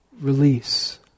release